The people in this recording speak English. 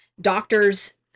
Doctors